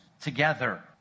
together